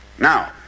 Now